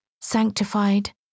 sanctified